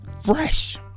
Fresh